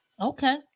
Okay